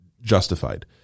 justified